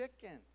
chicken